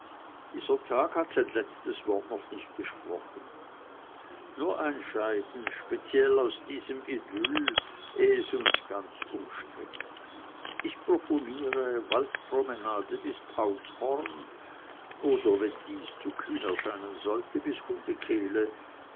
dieser tag hat sein letztes wort noch nicht gesprochen nur ein scheiden speziell aus diesem idyll eh es uns ganz umstrickt ich proponiere waldpromenade bis paulsborn oder wenn dies zu kühn erscheinen sollte bis